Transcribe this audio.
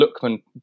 Lookman